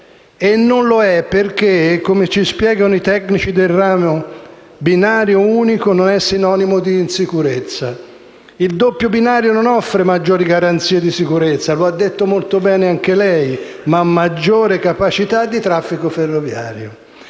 non è così perché, come ci spiegano i tecnici del ramo, binario unico non è sinonimo di insicurezza. Il doppio binario non offre maggiori garanzie di sicurezza - lo ha detto molto bene anche lei - ma maggiore capacità di traffico ferroviario.